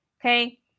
okay